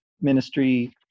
ministry